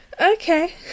Okay